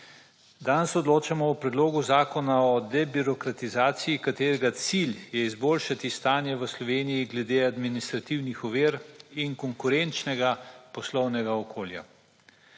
Danes odločamo o Predlogu Zakona o debirokratizaciji katerega cilj je izboljšati stanje v Sloveniji glede administrativnih ovir in konkurenčnega poslovnega okolja.